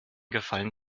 gefallen